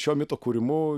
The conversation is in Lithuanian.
šio mito kūrimu